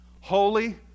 Holy